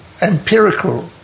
empirical